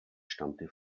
stammte